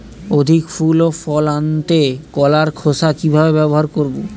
অধিক ফুল ও ফল আনতে কলার খোসা কিভাবে ব্যবহার করব?